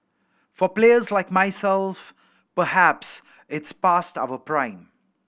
for players like myself perhaps it's past our prime